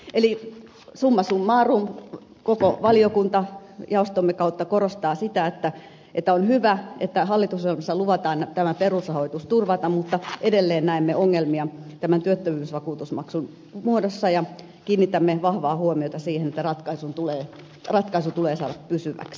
eli summa summarum koko valiokunta jaostomme kautta korostaa sitä että on hyvä että hallitusohjelmassa luvataan tämä perusrahoitus turvata mutta edelleen näemme ongelmia tämän työttömyysvakuutusmaksun muodossa ja kiinnitämme vahvaa huomiota siihen että ratkaisu tulee saada pysyväksi